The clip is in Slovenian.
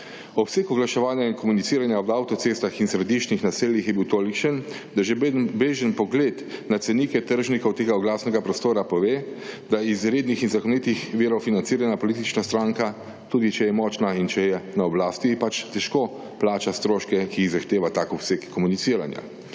Ob vseh oglaševanj in komuniciranja ob avtocestah in središčih naseljih je bil tolikšen, da že bežen pogleda na cenike tržnikov tega oglasnega prostora pove, da izrednih in zakonitih virov financiranja politična stranka tudi če je močna in če je na oblasti, pač težko plača stroške, ki jih zahteva tak obseg komuniciranja.